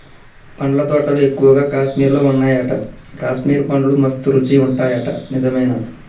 పండ్ల తోటలు ఎక్కువగా కాశ్మీర్ లో వున్నాయట, కాశ్మీర్ పండ్లు మస్త్ రుచి ఉంటాయట నిజమేనా